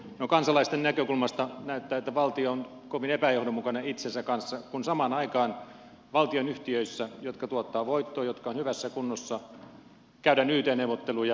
no kansalaisten näkökulmasta näyttää että valtio on kovin epäjohdonmukainen itsensä kanssa kun samaan aikaan valtionyhtiöissä jotka tuottavat voittoa jotka ovat hyvässä kunnossa käydään yt neuvotteluja